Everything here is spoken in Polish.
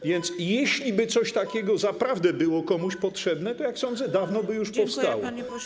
A więc jeśliby coś takiego zaprawdę było komuś potrzebne, to, jak sądzę, dawno by już powstało.